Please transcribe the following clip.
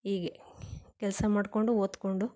ಹೀಗೆ ಕೆಲಸ ಮಾಡಿಕೊಂಡು ಓದಿಕೊಂಡು